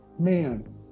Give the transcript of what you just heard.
man